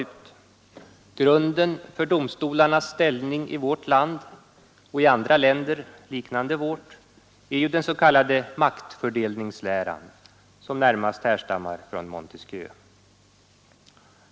ställning i förhållande till den politiska makten ställning i förhållande till den politiska makten Grunden för domstolarnas ställning i vårt land och i andra länder liknande vårt är ju den s.k. maktfördelningsläran som närmast härstammar från Montesquieu.